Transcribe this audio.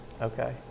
Okay